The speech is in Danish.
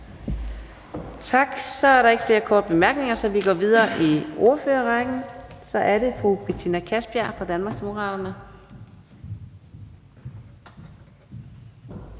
Tak. Så er der ikke flere korte bemærkninger, så vi går videre i ordførerrækken. Nu er det fru Betina Kastbjerg fra Danmarksdemokraterne.